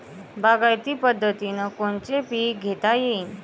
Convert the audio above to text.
बागायती पद्धतीनं कोनचे पीक घेता येईन?